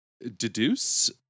deduce